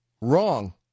Wrong